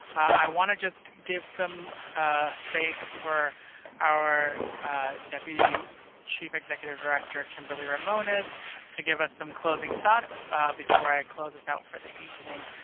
i want to just give some space for our deputy chief executive director kimberly ramones to give us some closing thoughts before i close this out for the evening.